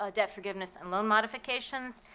ah debt forgiveness, and loan modifications,